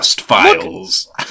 files